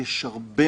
יש דברים